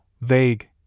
vague